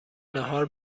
ناهار